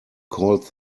called